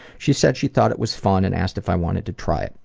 she said she thought it was fun and asked if i wanted to try it.